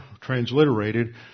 transliterated